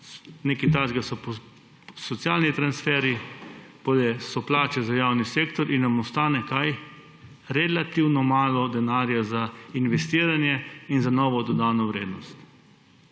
nekaj takega so socialni transferji, potem so plače za javni sektor in nam ostane – kaj? Relativno malo denarja za investiranje in za novo dodano vrednost.